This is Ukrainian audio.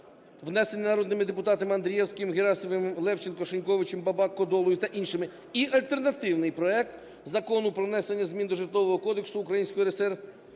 внесений народними депутатами Андрієвським, Герасимовим, Левченком, Шиньковичем, Бабак, Кодолою та іншими, і альтернативний проект Закону про внесення змін до Житлового кодексу Української РСР,